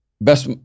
best